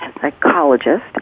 psychologist